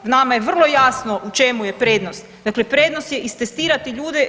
Nama je vrlo jasno u čemu je prednost, dakle prednost je istestirati ljude.